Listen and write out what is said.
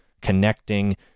connecting